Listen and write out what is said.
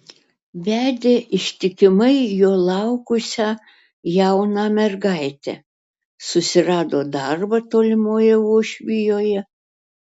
vedė ištikimai jo laukusią jauną mergaitę susirado darbą tolimoje uošvijoje